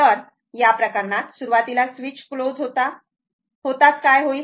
तर त्या प्रकरणात सुरुवातीला स्विच क्लोज्ड होताच काय होईल